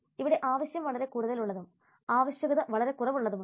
ഇവിടെ ആവശ്യം വളരെ കൂടുതലുള്ളതും ആവശ്യകത വളരെ കുറവുള്ളതുമുണ്ട്